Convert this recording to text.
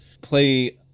play